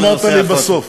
אתמול אמרת לי בסוף.